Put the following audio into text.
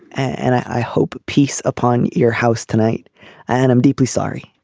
and i hope peace upon your house tonight. i and am deeply sorry.